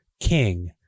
king